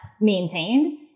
maintained